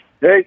Hey